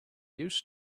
used